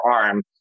ARM